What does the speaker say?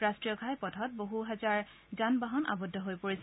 ৰাষ্ট্ৰীয় ঘাইপথত বহু হাজাৰ যান বাহন আবদ্ধ হৈ পৰিছে